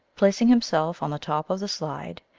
placing himself on the top of the slide,